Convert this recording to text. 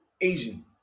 Asian